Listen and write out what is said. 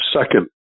second